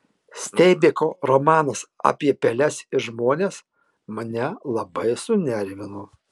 steinbeko romanas apie peles ir žmones mane labai sunervino